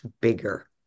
bigger